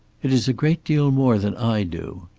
it is a great deal more than i do.